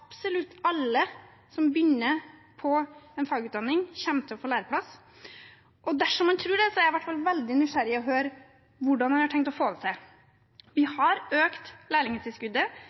alle som begynner på en fagutdanning, kommer til å få læreplass? Dersom han tror det, er jeg i hvert fall veldig nysgjerrig på å høre hvordan han har tenkt å få det til. Vi har økt lærlingtilskuddet.